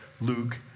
Luke